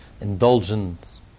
indulgence